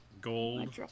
gold